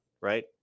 Right